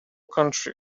country